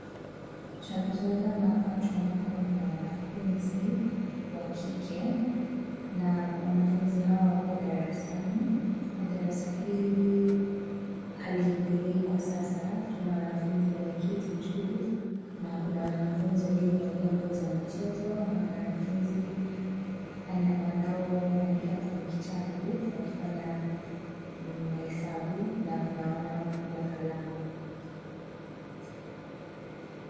Tunapotazama hapa tunaona kwamba kuna wanafunzi wa kike, na wanafunzi hawa wako darasani na darasa hili haliendelei kwa sasa tunaona wanafunzi wameketi tu na kuna wanafunzi waliovalia nguo za michezo na kuna wanafunzi wanaoandika kwenye kitabu wakifanya mahesabu na kuna wanao kula kalamu.